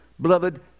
Beloved